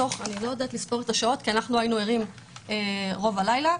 אני לא יודעת לספור את השעות כי אנחנו היינו ערים רוב הלילה,